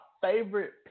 favorite